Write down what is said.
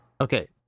Okay